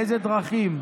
באיזה דרכים.